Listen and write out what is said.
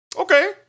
Okay